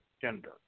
gender